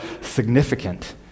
significant